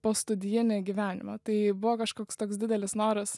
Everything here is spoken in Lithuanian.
postudijinį gyvenimą tai buvo kažkoks toks didelis noras